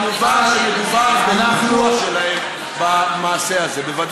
מובן שמדובר ביידוע שלהם במעשה הזה, בוודאי.